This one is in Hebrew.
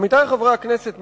עמיתי חברי הכנסת,